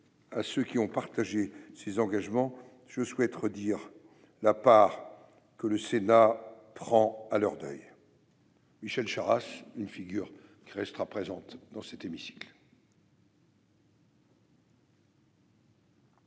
à ceux qui ont partagé ses engagements, je souhaite redire la part que le Sénat prend à leur deuil. Michel Charasse était une figure qui restera présente dans cet hémicycle.